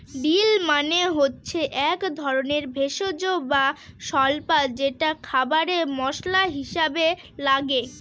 deal মানে হচ্ছে এক ধরনের ভেষজ বা স্বল্পা যেটা খাবারে মশলা হিসাবে লাগে